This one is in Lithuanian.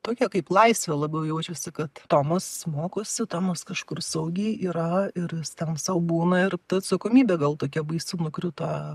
tokia kaip laisvė labiau jaučiasi kad tomas mokosi tomas kažkur saugiai yra ir jis ten sau būna ir ta atsakomybė gal tokia baisi nukrito